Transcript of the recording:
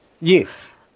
Yes